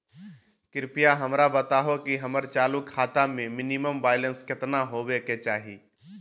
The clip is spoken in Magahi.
कृपया हमरा बताहो कि हमर चालू खाता मे मिनिमम बैलेंस केतना होबे के चाही